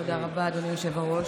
תודה רבה, אדוני היושב בראש.